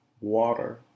water